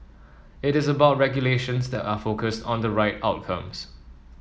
it is about regulations that are focused on the right outcomes